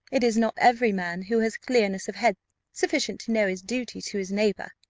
it is not every man who has clearness of head sufficient to know his duty to his neighbour.